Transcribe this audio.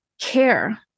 care